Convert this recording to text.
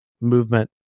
movement